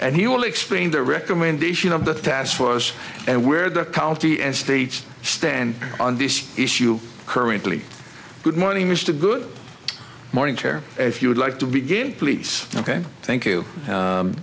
will explain the recommendation of the task force and where the county and state stand on this issue currently good morning mr good morning care if you would like to begin please ok thank you